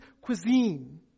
cuisine